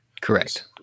Correct